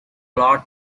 lord